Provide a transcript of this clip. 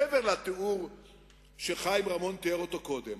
מעבר לתיאור שחיים רמון תיאר קודם?